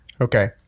Okay